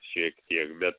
šiek tiek bet